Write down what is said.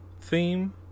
theme